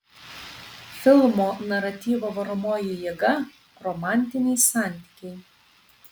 filmo naratyvo varomoji jėga romantiniai santykiai